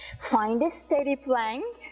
find this steady plank,